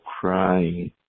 crying